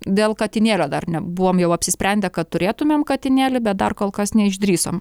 dėl katinėlio dar ne buvom jau apsisprendę kad turėtumėm katinėlį bet dar kol kas neišdrįsom